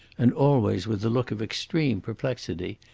and always with a look of extreme perplexity,